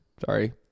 Sorry